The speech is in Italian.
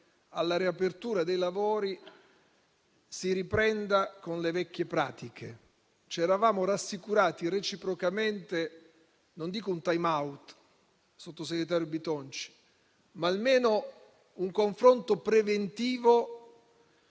alla riapertura dei lavori si riprenda con le vecchie pratiche. Ci eravamo assicurati reciprocamente, non dico un *time out*, sottosegretario Bitonci, ma almeno un confronto preventivo